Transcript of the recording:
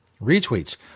Retweets